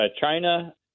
China